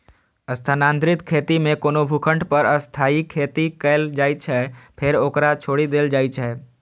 स्थानांतरित खेती मे कोनो भूखंड पर अस्थायी खेती कैल जाइ छै, फेर ओकरा छोड़ि देल जाइ छै